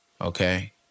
okay